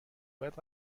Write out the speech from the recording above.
باید